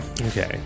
okay